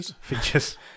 Features